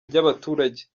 ry’abaturage